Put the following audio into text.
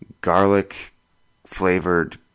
garlic-flavored